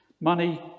Money